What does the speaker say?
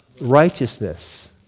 righteousness